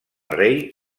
rei